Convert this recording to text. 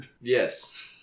Yes